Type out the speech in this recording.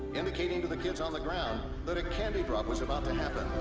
indicating to the kids on the ground that a candy drop was about to happen.